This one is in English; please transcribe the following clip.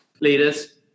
Leaders